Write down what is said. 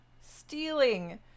Stealing